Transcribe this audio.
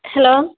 hello